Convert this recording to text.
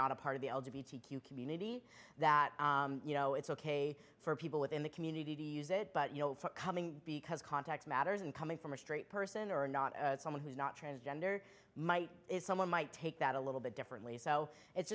not a part of the community that you know it's ok for people within the community to use it but you know coming because context matters and coming from a straight person or not someone who's not transgender might is someone might take that a little bit differently so it's